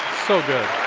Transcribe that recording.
so good.